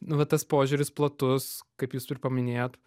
nu va tas požiūris platus kaip jūs ir paminėjot